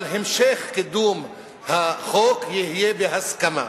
אבל המשך קידום החוק יהיה בהסכמה.